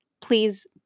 Please